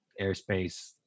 airspace